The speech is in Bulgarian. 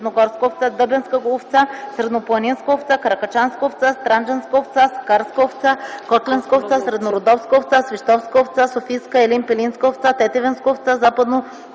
Средностаропланинска овца Каракачанска овца Странджанска овца Сакарска овца Котленска овца Среднородопска овца Свищовска овца Софийска (Елинпелинска) овца Тетевенска овца Западностаропланинска овца